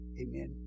Amen